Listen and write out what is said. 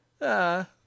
Ah